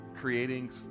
creating